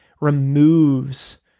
removes